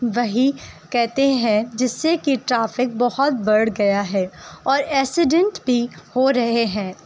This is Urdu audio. وہی کہتے ہیں جس سے کہ ٹریفک بہت بڑھ گیا ہے اور ایسیڈنٹ بھی ہو رہے ہیں